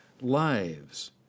lives